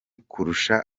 kurusha